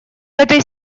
этой